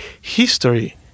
history